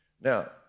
Now